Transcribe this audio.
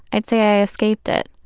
i'd say i escaped it.